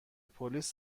پلیس